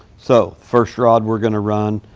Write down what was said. so first rod we're gonna run,